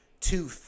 two